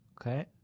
Okay